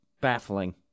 baffling